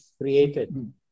created